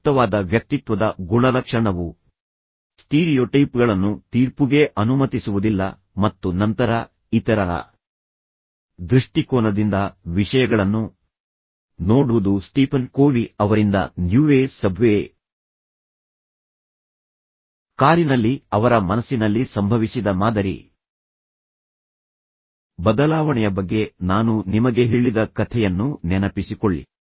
ಸೂಕ್ತವಾದ ವ್ಯಕ್ತಿತ್ವದ ಗುಣಲಕ್ಷಣವು ಸ್ಟೀರಿಯೊಟೈಪ್ಗಳನ್ನು ತೀರ್ಪುಗೆ ಅನುಮತಿಸುವುದಿಲ್ಲ ಮತ್ತು ನಂತರ ಇತರರ ದೃಷ್ಟಿಕೋನದಿಂದ ವಿಷಯಗಳನ್ನು ನೋಡುವುದು ಸ್ಟೀಫನ್ ಕೋವೀ ಅವರಿಂದ ನ್ಯೂವೇ ಸಬ್ವೇ ಕಾರಿನಲ್ಲಿ ಅವರ ಮನಸ್ಸಿನಲ್ಲಿ ಸಂಭವಿಸಿದ ಮಾದರಿ ಬದಲಾವಣೆಯ ಬಗ್ಗೆ ನಾನು ನಿಮಗೆ ಹೇಳಿದ ಕಥೆಯನ್ನು ನೆನಪಿಸಿಕೊಳ್ಳಿ